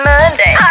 Monday